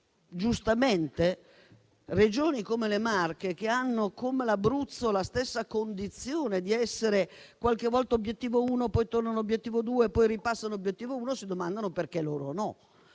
che giustamente Regioni come le Marche o l'Abruzzo, che hanno la stessa condizione di essere qualche volta obiettivo 1 e poi tornano obiettivo 2, poi ripassano a obiettivo 1, si domandano perché loro non